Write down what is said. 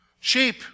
Sheep